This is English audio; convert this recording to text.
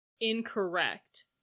Incorrect